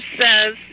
says